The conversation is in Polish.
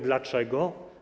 Dlaczego?